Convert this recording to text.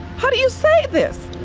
how do you say this?